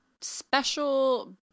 special